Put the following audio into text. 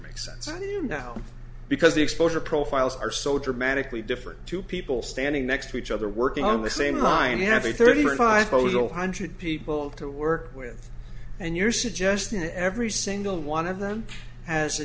makes sense now because the exposure profiles are so dramatically different two people standing next to each other working on the same line have a thirty five total hundred people to work with and you're suggesting that every single one of them has a